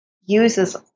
uses